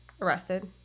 arrested